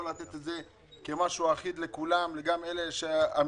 לא לתת את זה כמשהו אחיד לכולם, כך שגם